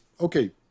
Okay